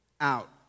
out